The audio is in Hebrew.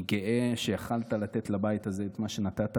אני גאה שיכולת לתת לבית הזה את מה שנתת.